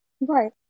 Right